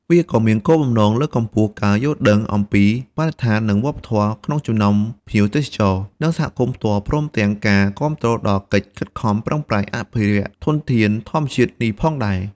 វាក៏មានគោលបំណងលើកកម្ពស់ការយល់ដឹង អំពីបរិស្ថាន និងវប្បធម៌ក្នុងចំណោមភ្ញៀវទេសចរ និងសហគមន៍ផ្ទាល់ព្រមទាំងការគាំទ្រដល់កិច្ចខិតខំប្រឹងប្រែងអភិរក្សធនធានធម្មជាតិនេះផងដែរ។